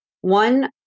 One